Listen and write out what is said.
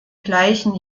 gleichen